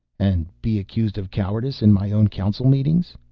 and be accused of cowardice in my own council meetings?